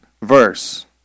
verse